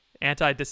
anti